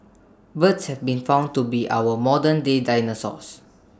birds have been found to be our modern day dinosaurs